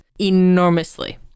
enormously